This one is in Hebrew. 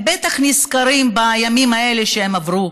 הם בטח נזכרים בימים האלה שהם עברו